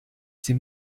sie